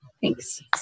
thanks